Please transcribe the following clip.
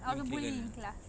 in kindergarten eh